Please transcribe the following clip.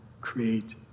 create